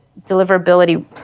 deliverability